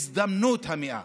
הזדמנות המאה.